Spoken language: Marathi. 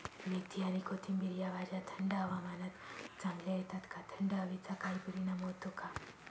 मेथी आणि कोथिंबिर या भाज्या थंड हवामानात चांगल्या येतात का? थंड हवेचा काही परिणाम होतो का?